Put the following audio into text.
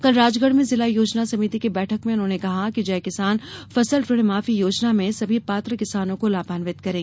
कल राजगढ़ में जिला योजना समिति की बैठक में उन्होंने कहा कि जय किसान फसल ऋण माफी योजना में सभी पात्र किसानों को लाभान्वित करें